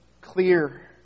clear